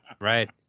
Right